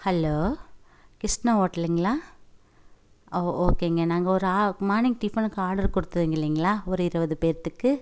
hello Krishna ஹோட்டலுங்களா அவ் ஓகேங்க நாங்கள் ஒரு ஆ மார்னிங் டிஃபனுக்கு ஆர்ட்ரு கொடுத்தேங்கில்லீங்களா ஒரு இருபது பேர்த்துக்கு